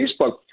Facebook